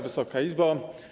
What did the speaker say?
Wysoka Izbo!